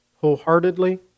wholeheartedly